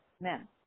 men